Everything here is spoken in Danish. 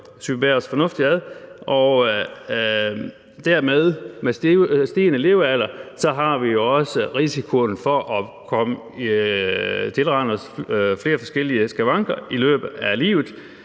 med den stigende levealder også risikoen for at erhverve os flere forskellige skavanker i løbet af livet.